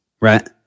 right